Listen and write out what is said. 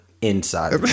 Inside